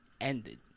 ended